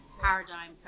paradigm